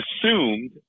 assumed